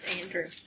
Andrew